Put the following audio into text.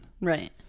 Right